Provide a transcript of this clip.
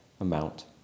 amount